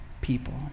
people